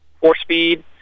four-speed